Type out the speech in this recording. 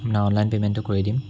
online পে'মেণ্টটো কৰি দিম